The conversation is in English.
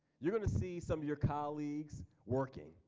you're gonna see some of your colleagues working.